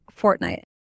Fortnite